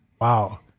wow